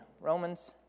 Romans